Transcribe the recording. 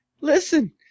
listen